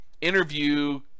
Interview